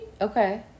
Okay